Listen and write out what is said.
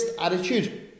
attitude